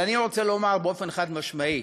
אבל אני רוצה לומר באופן חד-משמעי: